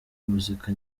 muzika